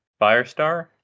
Firestar